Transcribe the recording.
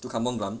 to kampong glam